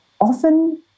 Often